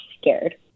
scared